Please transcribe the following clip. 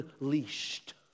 unleashed